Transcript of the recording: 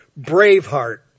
Braveheart